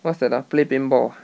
what's that ah play paintball